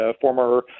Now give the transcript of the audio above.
former